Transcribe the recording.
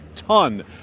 ton